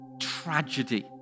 tragedy